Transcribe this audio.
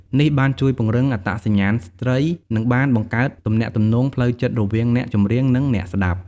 នេះបានជួយពង្រឹង អត្តសញ្ញាណស្ត្រី និងបានបង្កើតទំនាក់ទំនងផ្លូវចិត្តរវាងអ្នកចម្រៀង និងអ្នកស្តាប់។